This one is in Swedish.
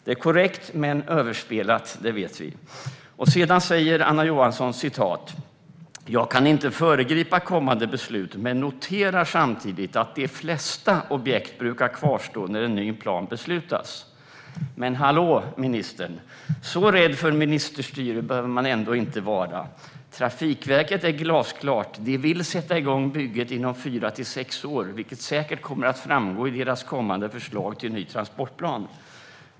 Det är korrekt men överspelat - det vet vi. Sedan sa Anna Johansson: "Jag kan inte föregripa framtida beslut, men noterar samtidigt att de flesta objekt brukar kvarstå när en ny plan beslutas." Men hallå, ministern! Så rädd för ministerstyre behöver man ändå inte vara. Trafikverket är glasklart; det vill sätta igång bygget inom fyra till sex år, vilket säkert kommer att framgå i verkets kommande förslag till ny transportplan.